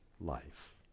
life